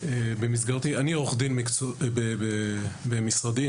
אני עורך דין במשרדי,